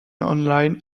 online